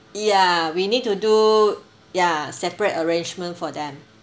ya we need to do ya separate arrangement for them